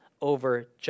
over